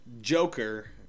Joker